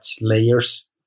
layers